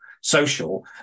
social